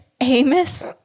Amos